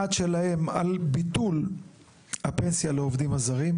דעת שלהם על ביטול הפנסיה לעובדים הזרים,